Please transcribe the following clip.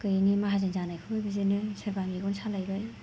गैयैनि माहाजोन जानायखौबो बिदिनो सोरबा मेगन सालायबाय